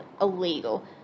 illegal